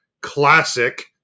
classic